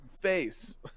face